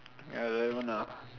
ya they like that one ah